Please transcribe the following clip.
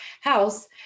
house